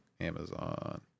Amazon